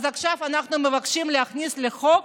עכשיו אנחנו מבקשים להכניס לחוק,